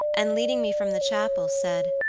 and leading me from the chapel, said